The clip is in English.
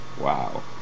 Wow